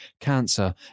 cancer